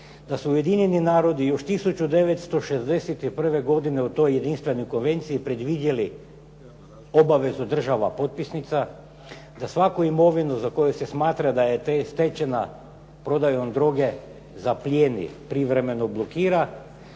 da su Ujedinjeni narodi još 1961. godine u toj jedinstvenoj konvenciji predvidjeli obavezu država potpisnica, da svaku imovinu za koju se smatra da je stečena prodajom droge, zaplijeni, privremeno blokira